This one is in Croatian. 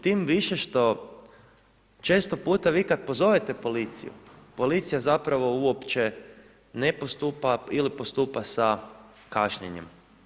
Tim više što često puta vi kad pozovete policiju, policija zapravo uopće ne postupa ili postupa sa kašnjenjem.